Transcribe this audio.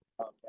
Okay